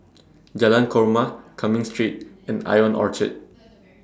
Jalan Korma Cumming Street and Ion Orchard